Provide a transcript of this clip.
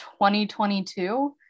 2022